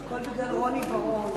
הכול בגלל רוני בר-און,